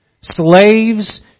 slaves